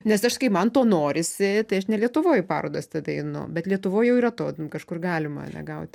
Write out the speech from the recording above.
nes aš kai man to norisi tai aš ne lietuvoj į parodas tada einu bet lietuvoje jau yra to kažkur galima ar ne gauti